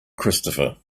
christopher